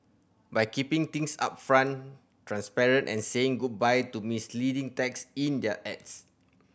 by keeping things upfront transparent and saying goodbye to misleading text in their ads